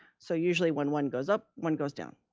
so usually when one goes up, one goes down.